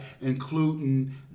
Including